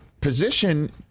position